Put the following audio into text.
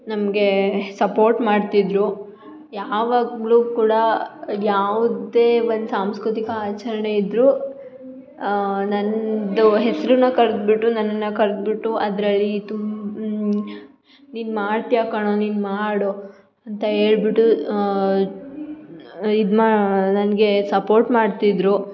ನಮಗೆ ಸಪೋರ್ಟ್ ಮಾಡ್ತಿದ್ದರು ಯಾವಾಗಲೂ ಕೂಡ ಯಾವುದೇ ಒಂದು ಸಾಂಸ್ಕೃತಿಕ ಆಚರಣೆ ಇದ್ದರೂ ನನ್ನದು ಹೆಸ್ರನ್ನ ಕರ್ದು ಬಿಟ್ಟು ನನ್ನನ್ನ ಕರ್ದು ಬಿಟ್ಟು ಅದರಲ್ಲಿ ತುಮ್ ನೀನು ಮಾಡ್ತೀಯ ಕಣೋ ನೀನು ಮಾಡು ಅಂತ ಹೇಳ್ಬಿಟು ಇದು ಮಾ ನನಗೆ ಸಪೋರ್ಟ್ ಮಾಡ್ತಿದ್ದರು